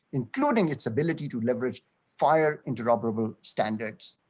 including its ability to leverage fire interoperable standards.